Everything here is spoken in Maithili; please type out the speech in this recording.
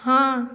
हॅं